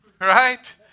right